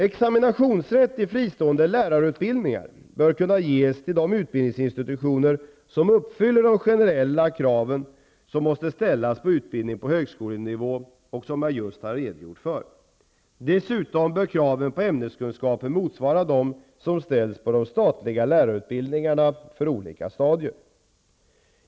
Examinationsrätt till fristående lärarutbildningar bör kunna ges till de utbildningsinstitutioner som uppfyller de generella krav som måste ställas på utbildning på högskolenivå och som jag just redogjort för. Dessutom bör kraven på ämneskunskaper motsvara dem som ställs på de statliga lärarutbildningarna för olika stadier.